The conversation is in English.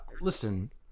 listen